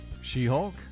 She-Hulk